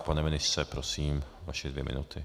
Pane ministře, prosím, vaše dvě minuty.